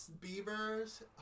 Beavers